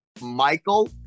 Michael